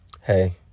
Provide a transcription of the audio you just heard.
Hey